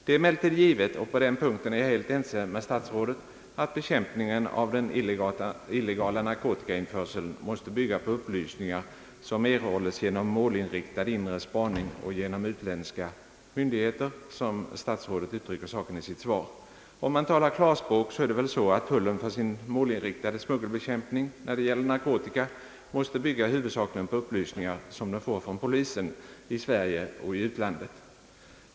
Det är emellertid givet, och på den punkten är jag helt ense med statsrådet, att bekämpningen av den illegala narkotikainförseln måste bygga på upplysningar som erhållas genom målinriktad inre spaning och genom utländska myndigheter, som statsrådet uttrycker saken i sitt svar. Om man talar klarspråk är det väl så att tullen för sin målinriktade smuggelbekämpning när det gäller narkotika måste bygga huvudsakligen på upplysningar som den får från polisen, i Sverige och i utlandet.